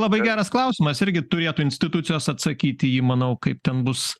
labai geras klausimas irgi turėtų institucijos atsakyt į jį manau kaip ten bus